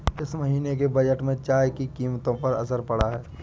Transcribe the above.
इस महीने के बजट में चाय की कीमतों पर असर पड़ा है